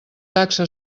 taxa